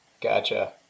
Gotcha